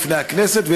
בפני הכנסת,